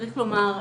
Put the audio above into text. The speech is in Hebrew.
צריך לומר,